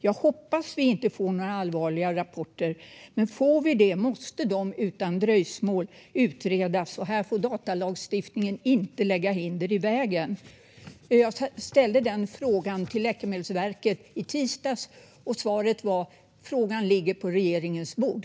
Jag hoppas att vi inte får några allvarliga rapporter, men får vi det måste de utan dröjsmål utredas. Här får datalagstiftningen inte lägga hinder i vägen. Jag ställde frågan till Läkemedelsverket i tisdags, och svaret var att frågan ligger på regeringens bord.